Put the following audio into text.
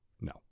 No